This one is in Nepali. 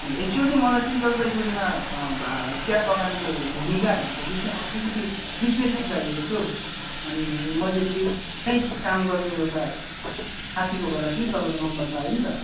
ए एकच्वली मलाई चाहिँ जलपाइगढीमा भा चिया बगानको भूमिकाहरूको विषयमा अलिकति विश्लेषण चाहिएको थियो हौ अनि मैले चाहिँ त्यही काम गर्ने एउटा साथीकोबाट चाहिँ तपाईँको नम्बर पाएँ नि त